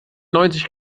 neunzig